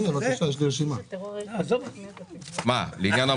זה פטור ממס שבח אם לפי --- לפי התנאים של סעיף 61,